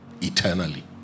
eternally